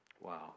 Wow